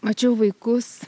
mačiau vaikus